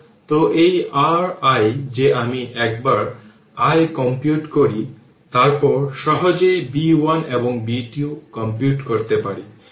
তো এই r i যে আমি একবার i কম্পিউট করি তারপর সহজেই b 1 এবং b 2 কম্পিউট করতে পারি